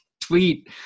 tweet